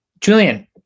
Julian